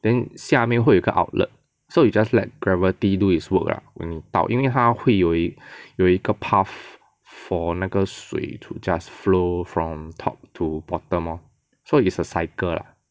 then 下面会有一个 outlet so you just let gravity do its work lah 帮你倒因为它会有一有一个 path for 那个水 to just flow from top to bottom lor so is a cycle lah